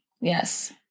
yes